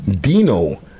Dino